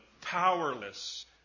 powerless